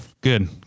good